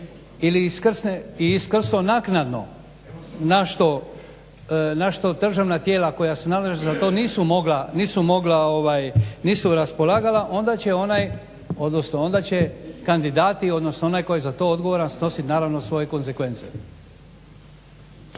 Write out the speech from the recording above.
i iskrsnuo naknadno na što državna tijela koja su nadležna za to nisu mogla, nisu raspolagala onda će onaj odnosno onaj tko je za to odgovoran snositi naravno svoje konzekvence.